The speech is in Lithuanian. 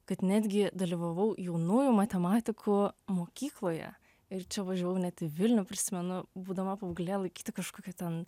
kad netgi dalyvavau jaunųjų matematikų mokykloje ir čia važiavau net į vilnių prisimenu būdama paauglė laikyti kažkokio ten